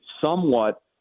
somewhat